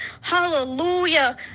hallelujah